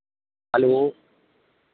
hello